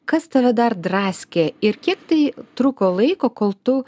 kas tave dar draskė ir kiek tai truko laiko kol tu